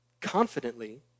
confidently